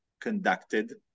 conducted